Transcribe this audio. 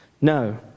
No